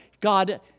God